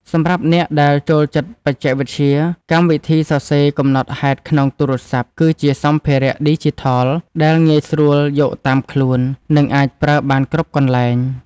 សម្រាប់អ្នកដែលចូលចិត្តបច្ចេកវិទ្យា កម្មវិធីសរសេរកំណត់ហេតុក្នុងទូរស័ព្ទ គឺជាសម្ភារៈឌីជីថលដែលងាយស្រួលយកតាមខ្លួន និងអាចប្រើបានគ្រប់កន្លែង។